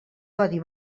codi